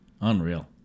Unreal